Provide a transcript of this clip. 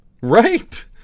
Right